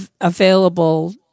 available